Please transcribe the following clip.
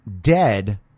dead